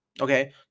Okay